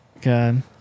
god